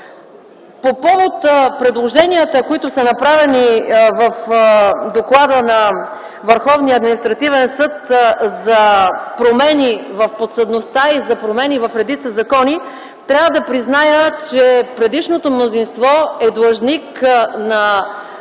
По повод предложенията, които са направени в доклада на Върховния административен съд за промени в подсъдността и за промени в редица закони, трябва да призная, че предишното мнозинство е длъжник на